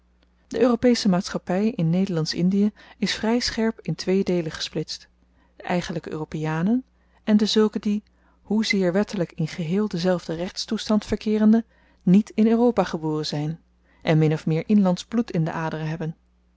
de europesche maatschappy in nederlandsch indiën is vry scherp in twee deelen gesplitst de eigenlyke europeanen en dezulken die hoezeer wettelyk in geheel denzelfden rechtstoestand verkeerende niet in europa geboren zyn en min of meer inlandsch bloed in de aderen hebben